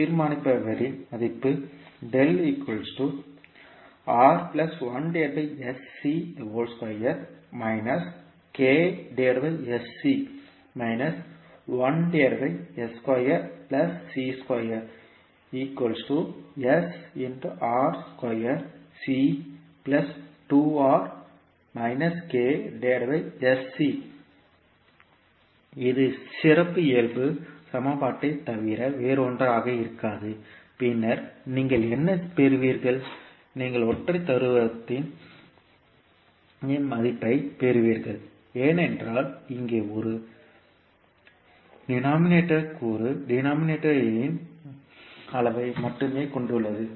தீர்மானிப்பவரின் மதிப்பு இது சிறப்பியல்பு சமன்பாட்டைத் தவிர வேறொன்றாக இருக்காது பின்னர் நீங்கள் என்ன பெறுவீர்கள் நீங்கள் ஒற்றை துருவத்தின் மதிப்பைப் பெறுவீர்கள் ஏனென்றால் இங்கே இது நியூமாரேட்டர் கூறு டினாமினிட்டர் இன் அளவை மட்டுமே கொண்டுள்ளது